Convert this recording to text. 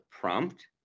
prompt